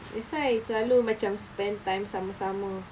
that's why selalu macam spend time sama sama